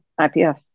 IPF